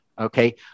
Okay